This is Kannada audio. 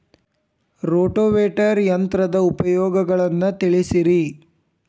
ರೋಟೋವೇಟರ್ ಯಂತ್ರದ ಉಪಯೋಗಗಳನ್ನ ತಿಳಿಸಿರಿ